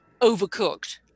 overcooked